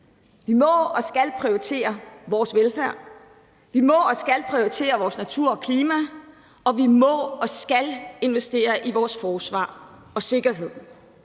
Vi må og skal prioritere vores velfærd. Vi må og skal prioritere vores natur og klima, og vi må og skal investere i vores forsvar og sikkerhed.